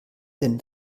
denn